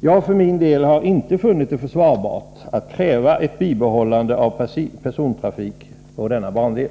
Jag har för min del inte funnit det försvarbart att kräva ett bibehållande av persontrafik på denna bandel.